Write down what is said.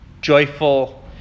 joyful